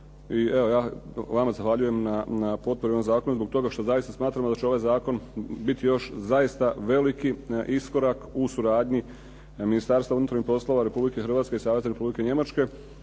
I evo ja vama zahvaljujem na potpori ovog zakona što zaista smatram da će ovaj zakon biti još zaista veliki iskorak u suradnji Ministarstva unutarnjih poslova Republike Hrvatske i Savezne Republike Njemačke.